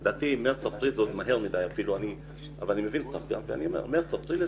לדעתי זה עוד מהר מידי אבל אני מבין אז אני אומר מרץ אפריל.